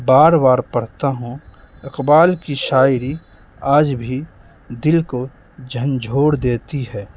بار بار پڑھتا ہوں اقبال کی شاعری آج بھی دل کو جھنجھوڑ دیتی ہے